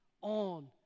on